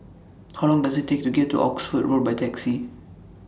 How Long Does IT Take to get to Oxford Road By Taxi